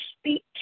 speak